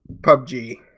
PUBG